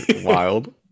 wild